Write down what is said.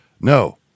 no